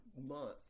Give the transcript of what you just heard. month